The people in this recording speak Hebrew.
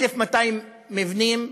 1,200 מבנים.